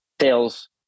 Sales